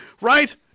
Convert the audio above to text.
right